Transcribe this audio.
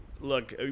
Look